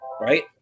right